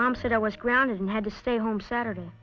mom said i was grounded and had to stay home saturday